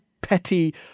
petty